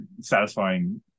satisfying